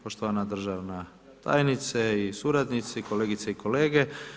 Poštovana državna tajnice i suradnici, kolegice i kolege.